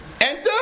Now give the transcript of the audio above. enter